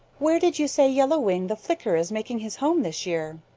where did you say yellow wing the flicker is making his home this year?